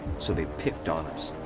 so they picked on us,